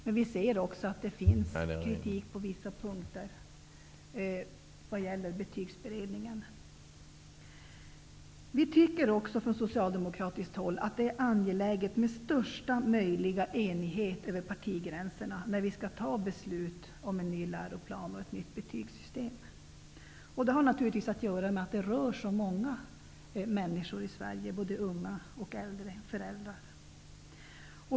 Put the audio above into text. Men vi ser också att det finns kritik på vissa punkter vad gäller Betygsberedningen. Vi socialdemokrater tycker också att det är angeläget med största möjliga enighet över partigränserna när vi skall fatta beslut om en ny läroplan och ett nytt betygssystem. Det har naturligtvis att göra med att det rör så många människor i Sverige, både unga och äldre.